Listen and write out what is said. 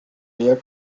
mehr